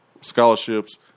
Scholarships